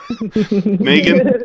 megan